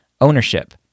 Ownership